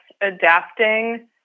adapting